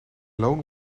loon